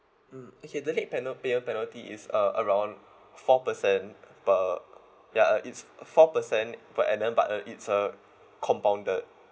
mm okay the panel payable penalty is uh around four percent per ya uh it's four percent per annum but uh it's uh compounded